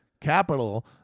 capital